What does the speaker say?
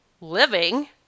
living